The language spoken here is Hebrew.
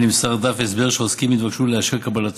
כן נמסר דף הסבר, ועוסקים התבקשו לאשר קבלתו.